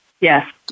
Yes